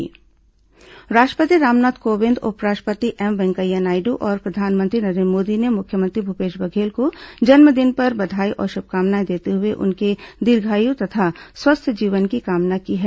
मुख्यमंत्री जन्मदिन बधाई राष्ट्रपति रामनाथ कोविंद उप राष्ट्रपति एम वेंकैया नायडू और प्रधानमंत्री नरेन्द्र मोदी ने मुख्यमंत्री भूपेश बघेल को जन्मदिन पर बधाई और शुभकामनाएं देते हुए उनके दीर्घायु तथा स्वस्थ जीवन की कामना की है